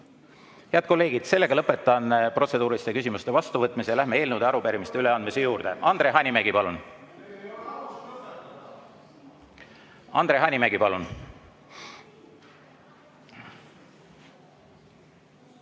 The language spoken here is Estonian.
Head kolleegid, sellega lõpetan protseduuriliste küsimuste vastuvõtmise ja läheme eelnõude ja arupärimiste üleandmise juurde. Andre Hanimägi, palun! (Saalis räägitakse.)